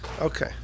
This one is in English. Okay